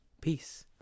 Peace